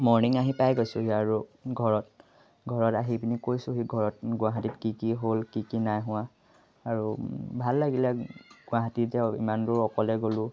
morning আহি পাই গৈছোঁহি আৰু ঘৰত ঘৰত আহি পিনি কৈছোঁহি ঘৰত গুৱাহাটীত কি কি হ'ল কি কি নাই হোৱা আৰু ভাল লাগিলে গুৱাহাটীতে ইমান দূৰ অকলে গ'লোঁ